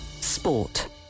Sport